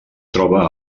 troba